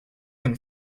than